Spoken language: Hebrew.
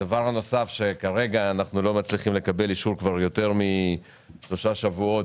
דבר נוסף שעליו אנחנו לא מצליחים לקבל אישור כבר יותר משלושה שבועות,